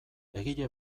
egile